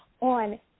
on